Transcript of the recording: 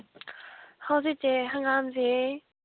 ꯍꯧꯖꯤꯛꯁꯦ ꯍꯪꯒꯥꯝꯁꯦ